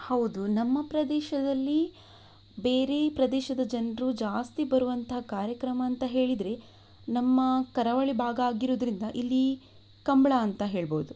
ಹೌದು ನಮ್ಮ ಪ್ರದೇಶದಲ್ಲಿ ಬೇರೆ ಪ್ರದೇಶದ ಜನರು ಜಾಸ್ತಿ ಬರುವಂಥ ಕಾರ್ಯಕ್ರಮ ಅಂತ ಹೇಳಿದರೆ ನಮ್ಮ ಕರಾವಳಿ ಭಾಗ ಆಗಿರುವುದ್ರಿಂದ ಇಲ್ಲಿ ಕಂಬಳ ಅಂತ ಹೇಳಬಹುದು